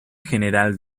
general